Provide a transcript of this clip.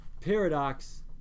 paradox